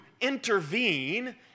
intervene